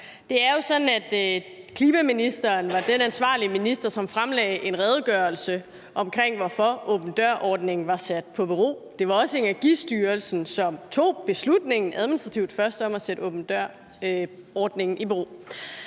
Det er jo sådan, at klimaministeren var den ansvarlige minister, som fremlagde en redegørelse omkring, hvorfor åben dør-ordningen var sat i bero. Det var Energistyrelsen, som administrativt først tog beslutningen om at sætte åben dør-ordningen i bero.